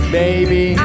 baby